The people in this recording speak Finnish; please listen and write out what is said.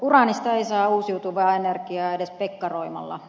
uraanista ei saa uusiutuvaa energiaa edes pekkaroimalla